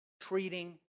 treating